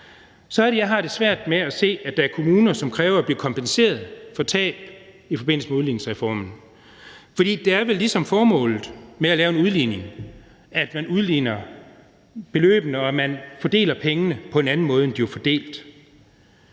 jeg har det svært ved at se, at der er kommuner, som kræver at blive kompenseret for tab i forbindelse med udligningsreformen, for det er vel ligesom formålet med at lave en udligning, at man udligner beløbene, og at man fordeler pengene på en anden måde, end de var fordelt?